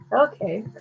okay